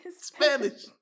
Spanish